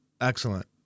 excellent